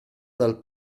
dal